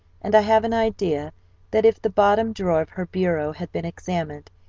and i have an idea that if the bottom drawer of her bureau had been examined,